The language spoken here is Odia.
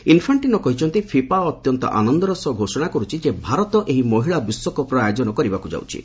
ଇନ୍ଫାଞ୍ଜିନୋ କହିଛନ୍ତି ଫିଫା ଅତ୍ୟନ୍ତ ଆନନ୍ଦର ସହ ଘୋଷଣା କରୁଛି ଯେ ଭାରତ ଏହି ମହିଳା ବିଶ୍ୱକପ୍ର ଆୟୋଜନ କରିବାକୁ ଯାଉଛି